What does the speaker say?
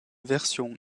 version